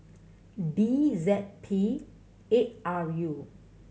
D Z P eight R U